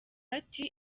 ati